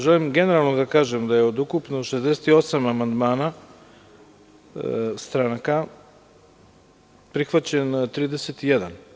Želim generalno da kažem da je od ukupno 68 amandmana stranaka prihvaćen 31.